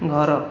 ଘର